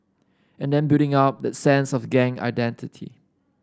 and then building up that sense of gang identity